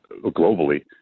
globally